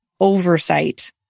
oversight